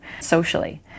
socially